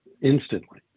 instantly